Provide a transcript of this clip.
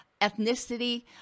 ethnicity